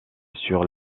sur